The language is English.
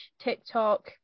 tiktok